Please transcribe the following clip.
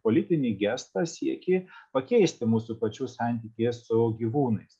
politinį gestą siekį pakeisti mūsų pačių santykį su gyvūnais